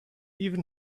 even